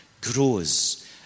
grows